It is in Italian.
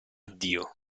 dio